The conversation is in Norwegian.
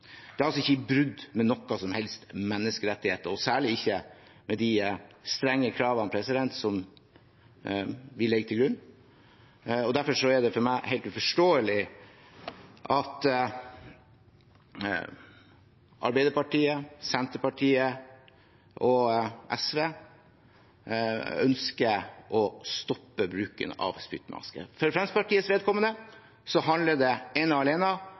Det er altså ikke brudd på noen menneskerettigheter som helst – og særlig ikke med de strenge kravene vi legger til grunn. Derfor er det for meg helt uforståelig at Arbeiderpartiet, Senterpartiet og SV ønsker å stoppe bruken av spyttmaske. For Fremskrittspartiets vedkommende handler det ene og alene